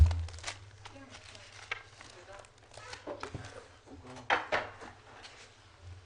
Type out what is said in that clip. הישיבה ננעלה